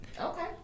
Okay